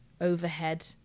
overhead